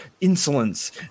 insolence